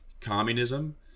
communism